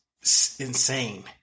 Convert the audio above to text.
insane